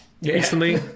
recently